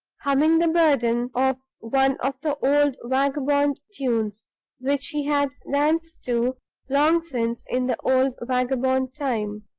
humming the burden of one of the old vagabond tunes which he had danced to long since in the old vagabond time.